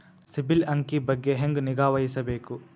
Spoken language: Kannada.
ಸಿಬಿಲ್ ಅಂಕಿ ಬಗ್ಗೆ ಹೆಂಗ್ ನಿಗಾವಹಿಸಬೇಕು?